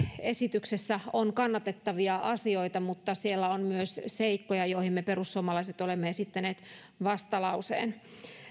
esityksessä on kannatettavia asioita mutta siellä on myös seikkoja joihin me perussuomalaiset olemme esittäneet vastalauseen